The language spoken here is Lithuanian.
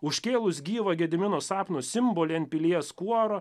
užkėlus gyvą gedimino sapno simbolį ant pilies kuoro